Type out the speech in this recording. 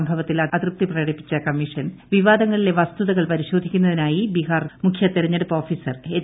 സംഭവത്തിൽ അതൃപ്തി പ്രകടിപ്പിച്ച കമ്മീഷൻ വിവാദങ്ങളിലെ വസ്തുതകൾ പരിശോധിക്കുന്നതിനായി ബിഹാർ മുഖ്യ തിരഞ്ഞെടുപ്പ് ഓഫീസർ എച്ച്